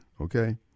okay